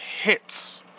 hits